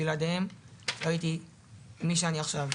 בלעדיהם לא הייתי מי שאני עכשיו.